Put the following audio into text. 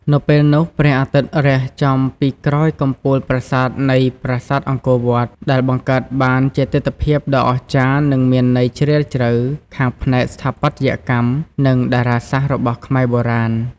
នៅពេលនោះ ព្រះអាទិត្យរះចំពីក្រោយកំពូលកណ្តាលនៃប្រាសាទអង្គរវត្ត ដែលបង្កើតបានជាទិដ្ឋភាពដ៏អស្ចារ្យនិងមានន័យជ្រាលជ្រៅខាងផ្នែកស្ថាបត្យកម្ម និងតារាសាស្ត្ររបស់ខ្មែរបុរាណ។